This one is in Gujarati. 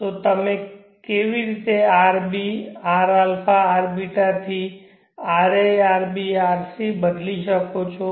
તો તમે કેવી રીતે આરબી rα rβ થી ra rb rc બદલી શકો છો